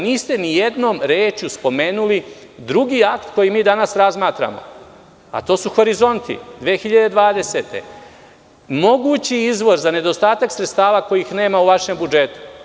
Niste ni jednom rečju spomenuli drugi akt koji mi danas razmatramo, a to su Horizonti 2020, mogući izvoz za nedostatak sredstava kojih nema u vašem budžetu.